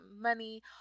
money